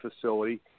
facility